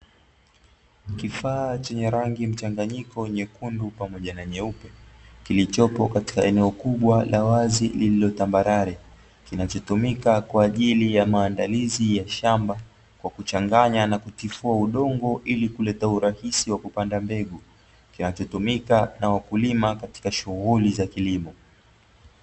Kifaa chenye rangi mchanganyiko nyekundu pamoja na nyeupe, kilichopo katika eneo la wazi lililo tambarare, kinachotumika kwa ajili ya maandalizi ya shamba kwa kuchanganya na kutifua udongo, ili kuleta urahisi wa kupanda mbegu kinachotumika na wakulima katika shughuli za kilimo.